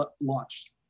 launched